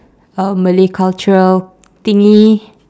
uh malay cultural thingy